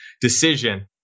decision